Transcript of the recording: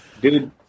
Dude